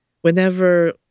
whenever